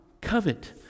covet